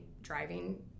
driving